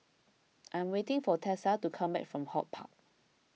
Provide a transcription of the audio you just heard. I am waiting for Tessa to come back from HortPark